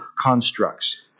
constructs